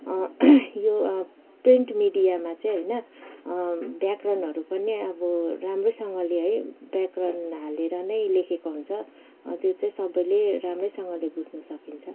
यो प्रिन्ट मिडियामा चाहिँ होइन व्याकरणहरू पनि राम्रोसँगले है व्याकरण हालेर नै लेखेको हुन्छ त्यो चाहिँ सबैले राम्रैसँगले बुझ्न सकिन्छ